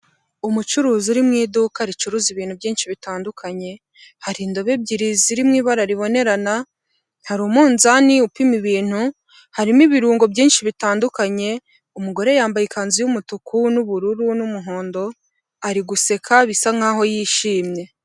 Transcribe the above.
Umucuruzi uri mu iduka ricuruza ibintu byinshi bitandukanye hari indobo ebyiri ziri mu ibara ribonerana, hari umunzani upima ibintu, harimo ibirungo byinshi bitandukanye, umugore yambaye ikanzu y'umutuku n'ubururu, n'umuhondo ari guseka bisa nk'aho yishimye.